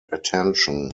attention